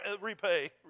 Repay